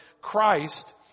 Christ